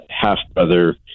half-brother